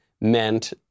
meant